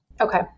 Okay